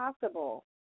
possible